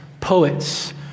poets